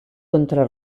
contra